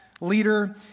leader